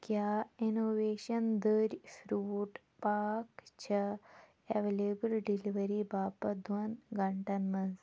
کیٛاہ innovation dairy fruit pack چھےٚ available delivery باپتھ دۄن گھنٛٹَن منٛز